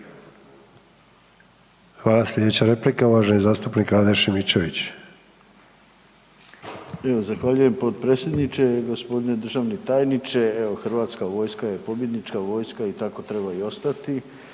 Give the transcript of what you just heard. Hvala. Sljedeća replika uvaženi zastupnik Rade Šimičević.